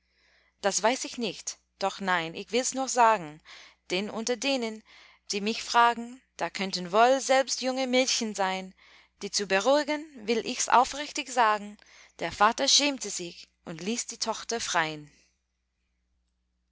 das weiß ich nicht doch nein ich wills nur sagen denn unter denen die mich fragen da könnten wohl selbst junge mädchen sein die zu beruhigen will ichs aufrichtig sagen der vater schämte sich und ließ die tochter frein